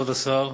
כבוד השר,